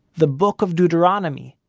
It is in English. the book of deuteronomy!